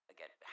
Again